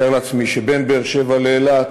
אני מתאר לעצמי שבין באר-שבע לאילת